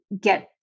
get